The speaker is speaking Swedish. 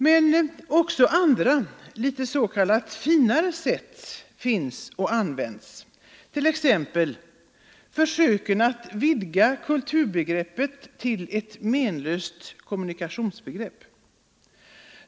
Men också andra, litet ”finare” sätt finns och används, t.ex. försöken att vidga kulturbegreppet till ett menlöst kommunikationsbegrepp.